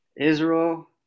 Israel